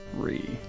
three